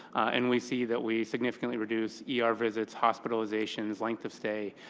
and we see that we significantly reduce yeah er visits, hospitalizations, length of stay,